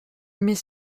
mais